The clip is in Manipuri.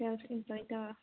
ꯌꯥꯎꯖꯅꯤꯡꯕꯩꯗꯣ